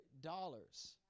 dollars